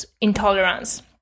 intolerance